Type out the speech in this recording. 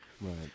Right